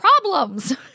problems